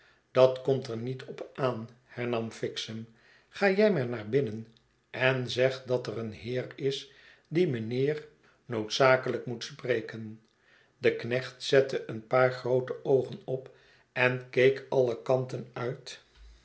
dat komt er niet op aan hernam fixem ga jij maar naar binnen en zeg dat er een heer is die meneer noodzakelijk moet spreken de knecht zette een paar groote oogen op en keek alle kanten uit